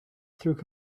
through